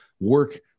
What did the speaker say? work